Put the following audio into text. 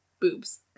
boobs